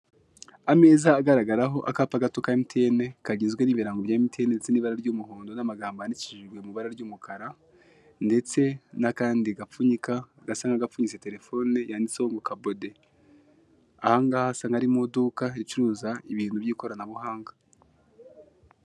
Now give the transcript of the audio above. Ameza agaragaraho akapa gato ka emutiyene kagizwe n'ibirango bya emutiyene ndetse n'ibara ryumuhondo n'amagambo yandikishijwe mu ibara ry'umukara, ndetse n'akandi gapfunyika gasa nk'agapfunyitse telefone yanditseho ngo kabode. Aha ngaha hasa nkaho ari mu iduka ricuruza ibintu by'ikoranabuhanga.